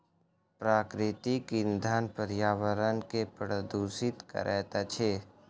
प्राकृतिक इंधन पर्यावरण के प्रदुषित करैत अछि